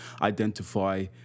identify